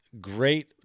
great